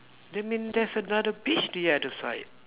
that mean there's another beach the other side